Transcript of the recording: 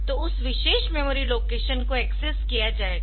तो उस विशेष मेमोरी लोकेशन को एक्सेस किया जाएगा